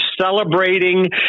celebrating